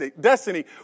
destiny